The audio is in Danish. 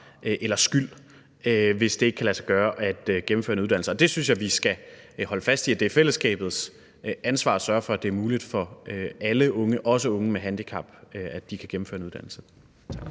eller skyld, hvis ikke det kan lade sig gøre at gennemføre en uddannelse, og det synes jeg vi skal holde fast i, altså at det er fællesskabets ansvar at sørge for, at det er muligt for alle unge, også unge med handicap, at gennemføre en uddannelse.